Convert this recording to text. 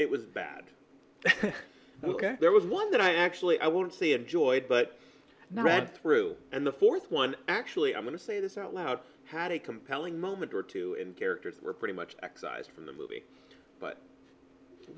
it was bad ok there was one that i actually i won't say enjoyed but now read through and the fourth one actually i'm going to say this out loud had a compelling moment or two and characters were pretty much excised from the movie but it